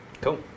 Cool